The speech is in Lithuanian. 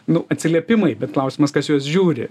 nu atsiliepimai bet klausimas kas juos žiūri